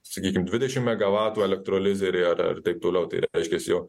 sakykim dvidešim megavatų elektrolizė ir ar taip toliau tai reiškias jau